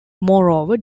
moreover